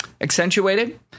accentuated